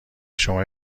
شما